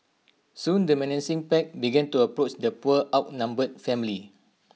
soon the menacing pack began to approach the poor outnumbered family